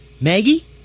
Maggie